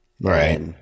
Right